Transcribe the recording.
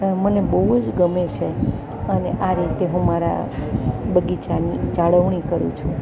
મને બહુ જ ગમે છે અને આ રીતે હું મારા બગીચાની જાળવણી કરું છું